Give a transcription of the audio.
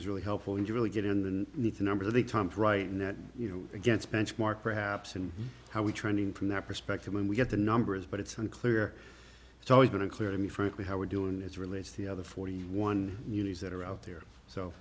is really helpful and you really get in the numbers of the times right and that you know against benchmark perhaps and how we trending from that perspective when we get the numbers but it's unclear it's always been unclear to me frankly how we're doing as relates to the other forty one units that are out there so